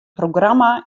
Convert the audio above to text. programma